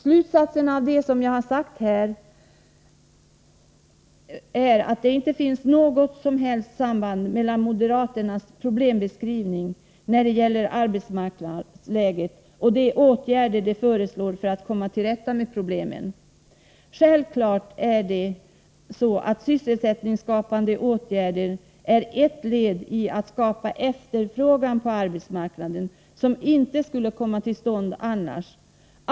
Slutsatsen av det jag här sagt är att det inte finns något som helst samband mellan moderaternas problembeskrivning när det gäller arbetsmarknadsläget och de åtgärder de föreslår för att komma till rätta med problemen. Självklart är att de sysselsättningsskapande åtgärderna är ett led i att skapa en efterfrågan på arbetsmarknaden som inte skulle komma till stånd annars.